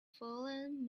fallen